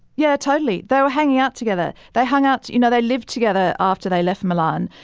yeah, totally. they were hanging out together. they hung out you know, they lived together after they left milan.